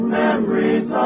memories